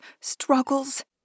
struggles